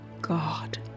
God